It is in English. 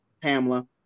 Pamela